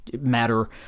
matter